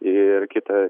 ir kita